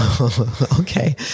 Okay